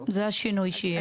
זה השינוי שיהיה.